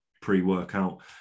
pre-workout